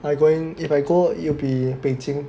I going if I go it'll be Beijing